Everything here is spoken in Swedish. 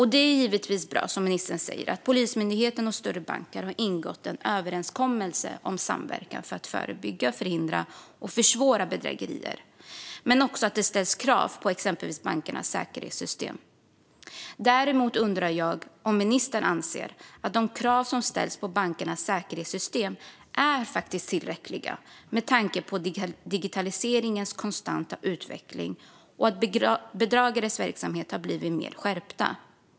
Det är givetvis bra, som ministern säger, att Polismyndigheten och större banker har ingått en överenskommelse om samverkan för att förebygga, förhindra och försvåra bedrägerier och att det också ställs krav på exempelvis bankernas säkerhetssystem. Däremot undrar jag om ministern anser att de krav som ställs på bankernas säkerhetssystem är tillräckliga med tanke på digitaliseringens konstanta utveckling och att bedragare har blivit mer skärpta i sin verksamhet.